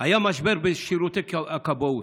היה משבר בשירותי הכבאות.